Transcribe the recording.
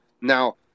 now